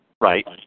Right